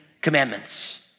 commandments